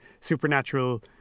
supernatural